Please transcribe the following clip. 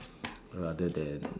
rather than